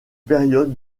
période